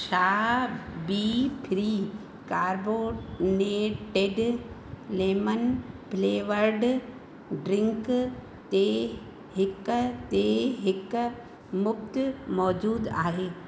छा बी free carbonated lemon flavoured drink ते हिक ते हिक मुफ़्ति मौजूदु आहे